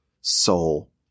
soul